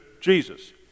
Jesus